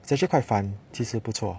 it's actually quite fun 其实不错